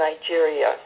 Nigeria